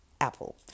Apple